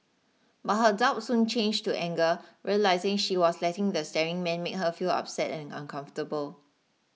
but her doubt soon changed to anger realising she was letting the staring man make her feel upset and uncomfortable